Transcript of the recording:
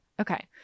Okay